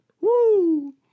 Woo